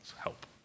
help